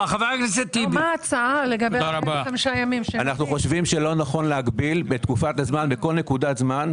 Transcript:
אנחנו חושבים שלא נכון להגביל בתקופת הזמן בכל נקודת זמן.